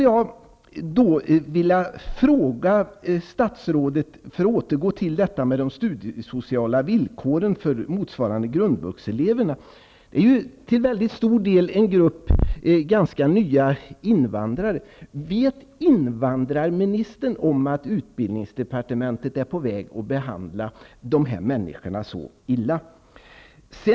För att återgå till detta med de studiesociala villkoren för grundvuxeleverna, som till stor del är en grupp ganska nya invandrare, skulle jag vilja fråga statsrådet: Vet invandrarministern om att utbildningsdepartementet är på väg att behandla dessa människor så illa?